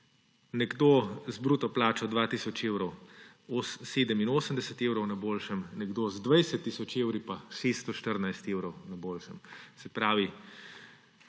nekdo z bruto plačo 2 tisoč evrov 87 evrov na boljšem, nekdo z 20 tisoč evri pa 614 evrov na boljšem. Se pravi,